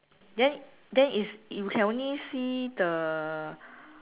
then then is you can only see the